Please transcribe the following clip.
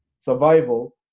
survival